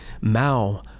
Mao